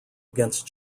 against